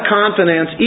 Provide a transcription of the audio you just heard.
confidence